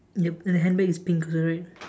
yup and the handbag is pink colour right